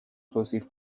توصیف